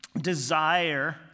desire